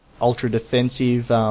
ultra-defensive